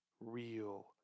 real